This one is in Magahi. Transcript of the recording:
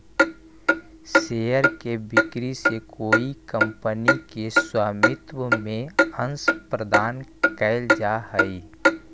शेयर के बिक्री से कोई कंपनी के स्वामित्व में अंश प्रदान कैल जा हइ